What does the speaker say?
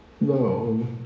No